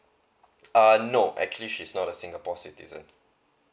uh no actually she's not a singapore citizen